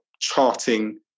charting